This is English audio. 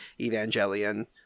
Evangelion